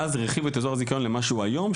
ואז זה הרחיב את אזור הזיכיון למה שהוא היום,